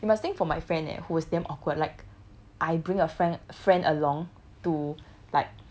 you must think for my friend eh who was damn awkward like I bring your friend friend along to like